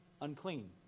unclean